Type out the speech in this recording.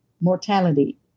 mortality